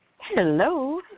Hello